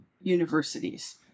universities